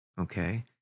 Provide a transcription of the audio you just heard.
Okay